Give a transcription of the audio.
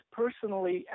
personally